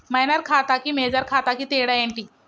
Minor ఖాతా కి major ఖాతా కి తేడా ఏంటి?